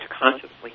consciously